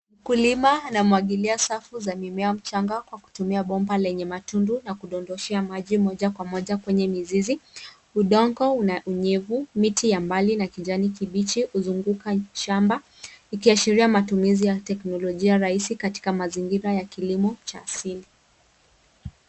Mkulima anamwagilia safu za mimea midogo kwa kutumia bomba lenye matundu, linalodondosha maji moja kwa moja kwenye mizizi. Udongo una unyevunyevu, miti ya mbali na kijani kibichi vinaizunguka shamba. Hii inaashiria matumizi ya teknolojia rahisi katika mazingira ya kilimo.